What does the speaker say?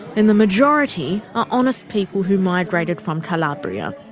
and the majority are honest people who migrated from calabria.